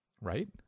Right